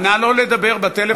נא לא לדבר בטלפון במליאה,